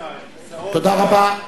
תודה רבה.